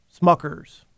Smuckers